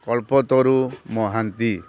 Kalpataru Mohanty